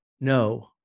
No